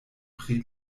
pri